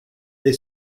they